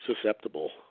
susceptible